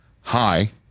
Hi